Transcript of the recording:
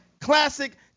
classic